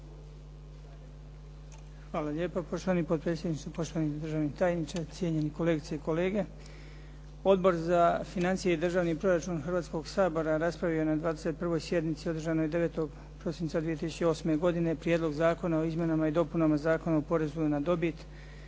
Hvala lijepa poštovani potpredsjedniče, poštovani državni tajniče, cijenjeni kolegice i kolege. Odbor za financije i državni proračun Hrvatskoga sabora raspravio je na 22. sjednici održanoj 9. prosinca 2008. godine Prijedlog zakona o izmjenama i dopunama Zakona o porezu na dobit